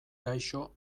gaixo